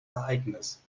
ereignis